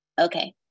Okay